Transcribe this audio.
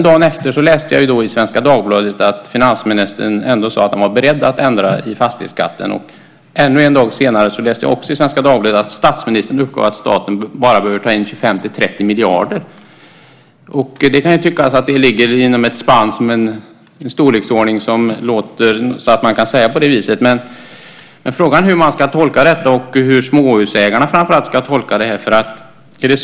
Dagen efter läste jag i Svenska Dagbladet att finansministern ändå sade att han var beredd att ändra i fastighetsskatten. Ännu en dag senare läste jag också i Svenska Dagbladet att statsministern uppgav att staten bara behöver ta in 25-30 miljarder. Det kan tyckas att det ligger i en sådan storleksordning att man kan säga på det viset. Men frågan är hur man ska tolka detta och framför allt hur småhusägarna ska tolka det.